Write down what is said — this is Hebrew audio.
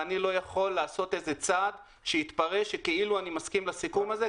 ואני לא יכול לעשות צעד שיתפרש שכאילו אני מסכים לסיכום הזה,